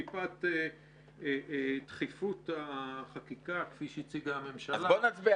מפאת דחיפות החקיקה כפי שהציגה הממשלה,